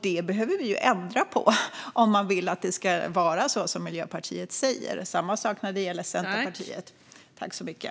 Det behöver vi ju ändra på om vi vill att det ska vara så som Miljöpartiet säger. Detsamma gäller Centerpartiet.